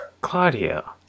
Claudia